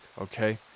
okay